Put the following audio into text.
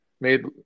made